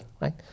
right